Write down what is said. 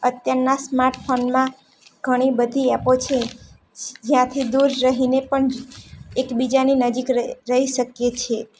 અત્યારના સ્માટ ફોનમાં ઘણી બધી એપો છે જ્યાંથી દૂર રહીને પણ એકબીજાની નજીક રહી શકીએ છીએ